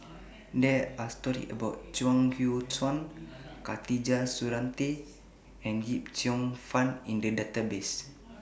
There Are stories about Chuang Hui Tsuan Khatijah Surattee and Yip Cheong Fun in The Database